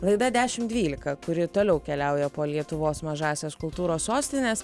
laida dešim dvylika kuri toliau keliauja po lietuvos mažąsias kultūros sostines